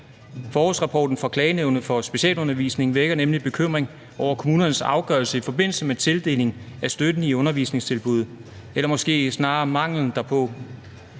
For årsrapporten fra Klagenævnet for Specialundervisning vækker nemlig bekymring over kommunernes afgørelser i forbindelse med tildeling af støtten i undervisningstilbud eller måske snarere manglen derpå.